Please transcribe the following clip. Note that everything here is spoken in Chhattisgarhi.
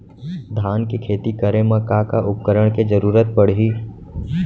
धान के खेती करे मा का का उपकरण के जरूरत पड़हि?